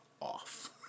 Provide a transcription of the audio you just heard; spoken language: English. off